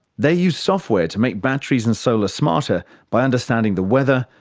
they use software to make batteries and solar smarter by understanding the weather,